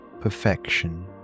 perfection